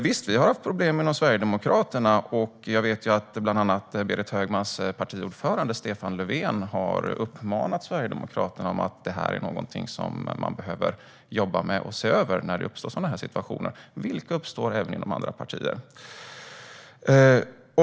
Visst, vi har haft problem inom Sverigedemokraterna, och jag vet att bland annat Berit Högmans partiordförande Stefan Löfven har uppmanat Sverigedemokraterna att jobba med och se över dessa situationer, som uppstår även inom andra partier.